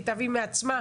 היא תביא מעצמה,